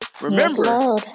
Remember